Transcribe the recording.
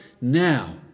now